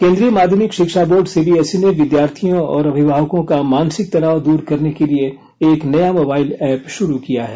केंद्रीय माध्यमिक शिक्षा बोर्ड सीबीएसई ने विद्यार्थियों और अभिभावकों का मानसिक तनाव दूर करने के लिए एक नया मोबाइल ऐप शुरू किया है